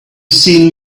seen